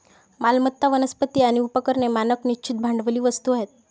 मालमत्ता, वनस्पती आणि उपकरणे मानक निश्चित भांडवली वस्तू आहेत